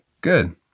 Good